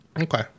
okay